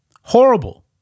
Horrible